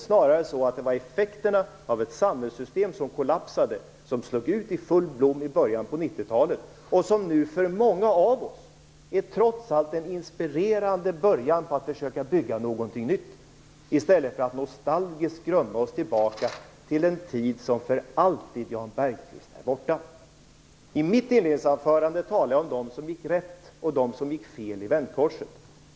Var det inte snarare effekterna av ett samhällssystem som kollapsade som slog ut i full blom i början av 90-talet, Jan Bergqvist? För många av oss är det trots allt en inspirerande början på att nu försöka bygga någonting nytt, i stället för att nostalgiskt grubbla oss tillbaka till en tid som för alltid är borta. I mitt inledningsanförande talade jag om dem som gick rätt och dem som gick fel i vändkorset.